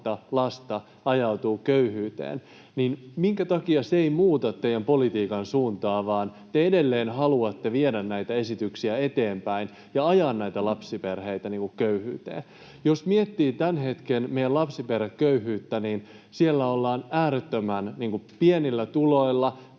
lasta ajautuu köyhyyteen, niin minkä takia se ei muuta teidän politiikkanne suuntaa vaan te edelleen haluatte viedä näitä esityksiä eteenpäin ja ajaa näitä lapsiperheitä köyhyyteen? Jos miettii meidän tämän hetken lapsiperheköyhyyttä, niin siellä ollaan äärettömän pienillä tuloilla,